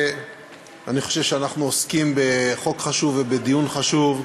אני חושב שאנחנו עוסקים בחוק חשוב ובדיון חשוב.